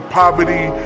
poverty